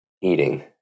eating